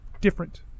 different